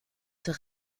zur